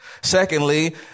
Secondly